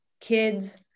kids